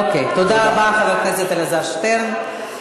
עכשיו תגיד מה שאתה רוצה.